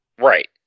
Right